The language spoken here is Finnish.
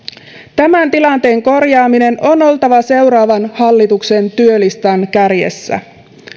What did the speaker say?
tämän tilanteen korjaamisen on oltava seuraavan hallituksen työlistan kärjessä